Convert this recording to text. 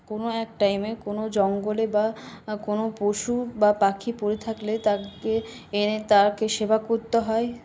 কোনও এক টাইমে কোনও জঙ্গলে বা কোনও পশু বা পাখি পড়ে থাকলে তাদের এনে তাকে সেবা করতে হয়